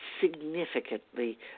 significantly